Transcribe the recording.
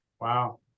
Wow